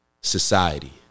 society